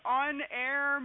on-air